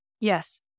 Yes